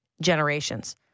generations